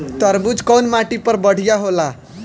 तरबूज कउन माटी पर बढ़ीया होला?